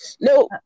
No